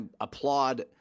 applaud